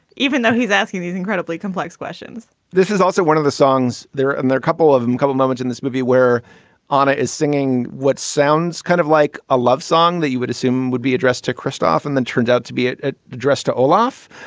even though he's asking these incredibly complex questions this is also one of the songs there. and they're couple of couple of moments in this movie where ana is singing what sounds kind of like a love song that you would assume would be addressed to christoph and then turned out to be ah dressed to olaf.